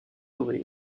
dorée